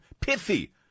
pithy